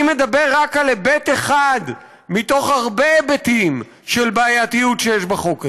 אני מדבר רק על היבט אחד בהרבה היבטים של בעייתיות שיש בחוק הזה.